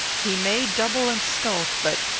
he may double and skulk but,